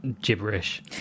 gibberish